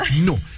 no